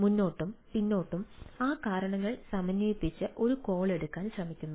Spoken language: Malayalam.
മുന്നോട്ടും പിന്നോട്ടും ആ കാരണങ്ങൾ സമന്വയിപ്പിച്ച് ഒരു കോൾ എടുക്കാൻ ശ്രമിക്കുക